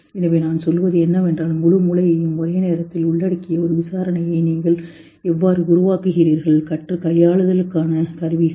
எனவே நான் சொல்வது என்னவென்றால் முழு மூளையையும் ஒரே நேரத்தில் உள்ளடக்கிய ஒரு விசாரணையை நீங்கள் எவ்வாறு உருவாக்குகிறீர்கள் சுற்று கையாளுதலுக்கான கருவிகள்